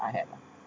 I had ah